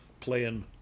playing